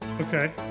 Okay